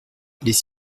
les